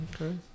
Okay